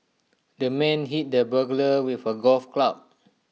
the man hit the burglar with A golf club